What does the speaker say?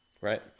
right